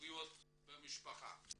זוגיות במשפחה.